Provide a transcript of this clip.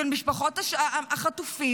של משפחות החטופים,